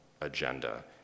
agenda